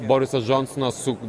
borisas džonsonas su